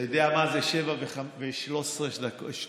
אתה יודע מה זה שבע דקות ו-13 שניות?